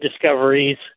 discoveries